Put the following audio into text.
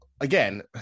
again